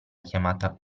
chiamata